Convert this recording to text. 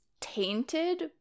tainted